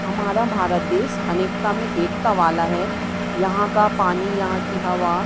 हमारा भारत देश अनेकता में एकता वाला है यहाँ का पानी यहाँ की हवा